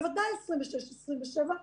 בוודאי 2026 2027,